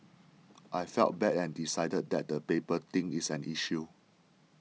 I felt bad and decided that the paper thing is an issue